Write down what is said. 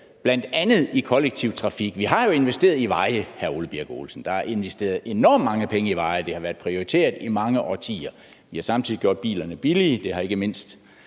bl.a. i kollektiv trafik. Vi har jo investeret i veje, hr. Ole Birk Olesen. Der er investeret enormt mange penge i veje; det har været prioriteret i mange årtier. Vi har samtidig gjort bilerne billige. Det har ikke mindst